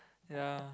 ya